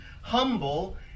humble